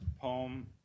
poem